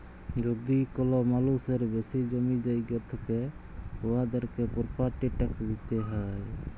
যদি কল মালুসের বেশি জমি জায়গা থ্যাকে উয়াদেরকে পরপার্টি ট্যাকস দিতে হ্যয়